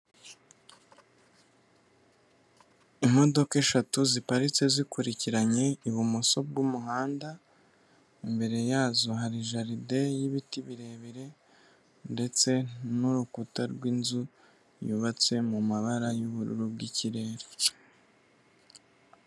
Imodoka eshatu ziparitse zikurikiranye ibumoso bw'umuhanda, imbere yazo hari jaride y'ibiti birebire ndetse n'urukuta rw'inzu yubatse mu mabara y'ubururu bw'ikirere.